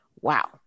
Wow